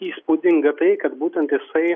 įspūdinga tai kad būtent jisai